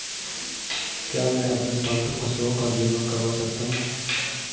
क्या मैं अपने पालतू पशुओं का बीमा करवा सकता हूं?